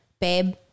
babe